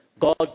God